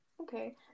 Okay